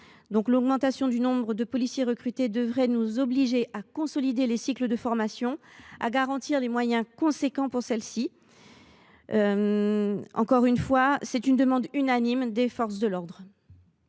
l’augmentation du nombre de policiers recrutés devrait nous obliger à consolider les cycles de formation, en garantissant des moyens importants pour celle ci. Encore une fois, il s’agit d’une demande unanime des forces de l’ordre.